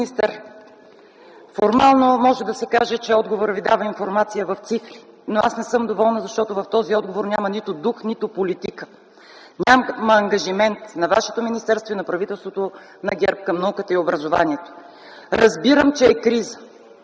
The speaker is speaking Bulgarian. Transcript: министър, формално може да се каже, че отговорът Ви дава информация в цифри, но аз не съм доволна, защото в този отговор няма нито дух, нито политика. Няма ангажимент на вашето министерство и на правителството на ГЕРБ към науката и образованието. Разбирам, че е криза,